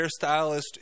hairstylist